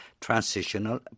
transitional